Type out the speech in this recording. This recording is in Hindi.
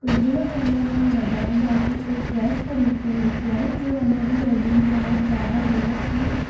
कुछ दिनों पहले मैं बाज़ार जाकर एक प्रेस खरीद के लेकर आई जो हमें घर में अभी बहुत ज़्यादा ज़रूरत थी